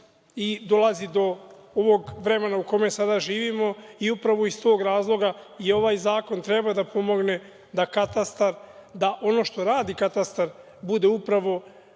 i dolazi do ovog vremena u kome sada živimo. Upravo iz tog razloga ovaj zakon treba da pomogne da ono što radi katastar bude upravo